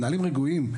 המנהלים רגועים,